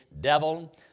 devil